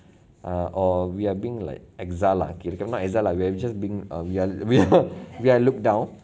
err or we are being like extra lah kirakan not extra lah we're just being err we are we we we're looked down